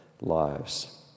lives